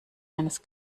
eines